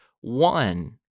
one